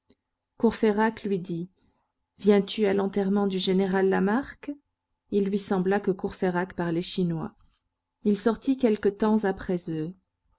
courfeyrac lui dit viens-tu à l'enterrement du général lamarque il lui sembla que courfeyrac parlait chinois il sortit quelque temps après eux